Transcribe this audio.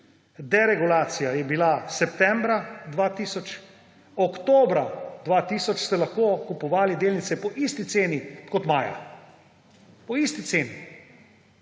deregulacija je bila septembra 2000, oktobra 2000 ste lahko kupovali delnice po isti ceni kot maja. Po isti ceni.